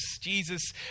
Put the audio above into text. Jesus